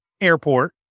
airport